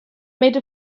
made